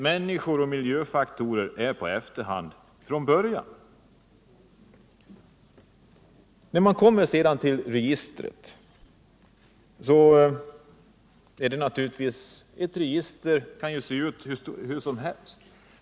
Människorna och miljöfaktorerna har från början satts på efterhand. Jag kommer så till frågan om registret. Ett register kan naturligtvis se ut hur som helst.